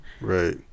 Right